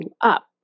up